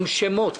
עם שמות